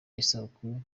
isabukuru